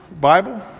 Bible